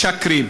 משקרים.